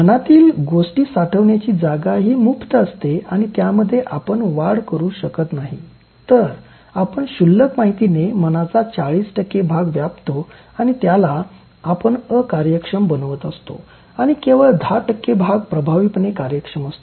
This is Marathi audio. मनातील गोष्टी साठवण्याची जागा ही मुफ्त असते आणि त्यामध्ये आपण वाढ करू शकत नाही तर आपण क्षुल्लक माहितीने मनाचा ४० भाग व्यापतो आणि त्याला आपण अकार्यक्षम बनवत असतो आणि केवळ १० भाग प्रभावीपणे कार्यक्षम असतो